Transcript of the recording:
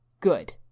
Good